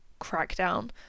crackdown